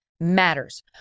matters